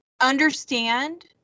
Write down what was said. understand